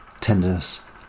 tenderness